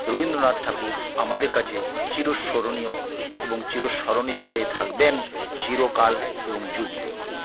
রবীন্দ্রনাথ ঠাকুর আমাদের কাছে চিরস্মরণীয় এবং চিরস্মরণীয় হয়ে থাকবেন চিরকাল এবং যুগ যুগ